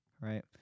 right